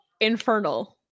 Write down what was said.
infernal